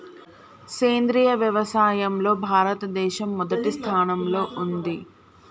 సేంద్రియ వ్యవసాయంలో భారతదేశం మొదటి స్థానంలో ఉంది